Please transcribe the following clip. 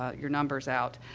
ah your numbers out.